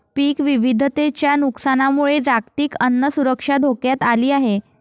पीक विविधतेच्या नुकसानामुळे जागतिक अन्न सुरक्षा धोक्यात आली आहे